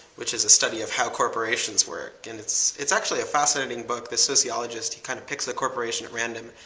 which is the study of how corporations work. and it's it's actually a fascinating book. this sociologist, he kind of picks a corporation at random,